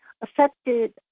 affected